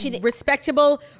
respectable